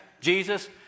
Jesus